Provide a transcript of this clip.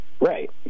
Right